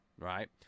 right